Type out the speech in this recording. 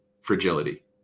fragility